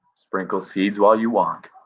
sprinkle seeds while you walk.